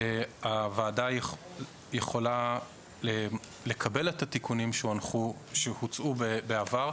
הוועדה יכולה לקבל את התיקונים שהוצעו בעבר,